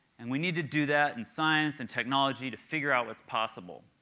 and we need to do that in science and technology to figure out what's possible.